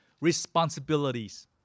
responsibilities